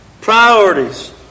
Priorities